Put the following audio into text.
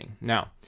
Now